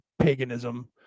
paganism